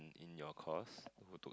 in your course go to what